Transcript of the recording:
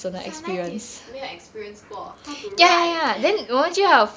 sometimes is 没有 experience 过 how to write